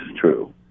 true